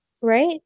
right